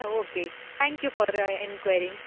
ಹಾಂ okay thank you for enquiring